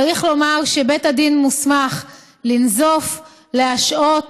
צריך לומר שבית הדין מוסמך לנזוף, להשעות